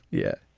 yeah,